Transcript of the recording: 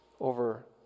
over